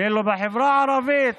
ואילו בחברה הערבית